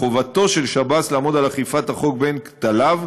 מחובתו של שב״ס לעמוד על אכיפת החוק בין כתליו,